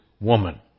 woman